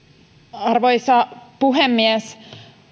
arvoisa puhemies